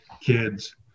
kids